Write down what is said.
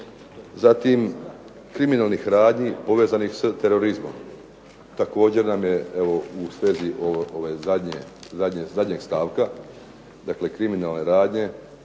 zatim kriminalnih radnji povezanih s terorizmom. Također nam je evo u svezi ove zadnjeg stavka, dakle kriminalne radnje